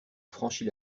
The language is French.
franchit